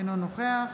אינו נוכח